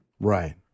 right